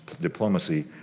diplomacy